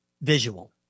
visual